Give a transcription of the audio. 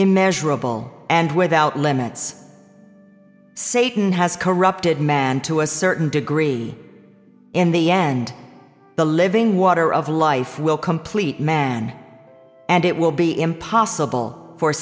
immeasurable and without limits satan has corrupted man to a certain degree in the end the living water of life will complete man and it will be impossible for